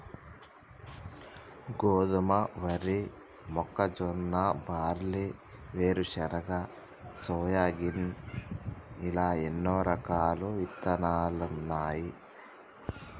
గోధుమ, వరి, మొక్కజొన్న, బార్లీ, వేరుశనగ, సోయాగిన్ ఇలా ఎన్నో రకాలు ఇత్తనాలున్నాయి